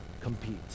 compete